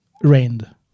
rained